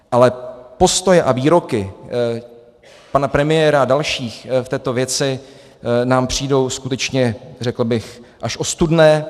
Ale postoje a výroky pana premiéra a dalších v této věci nám přijdou skutečně, řekl bych, až ostudné.